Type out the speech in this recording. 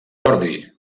jordi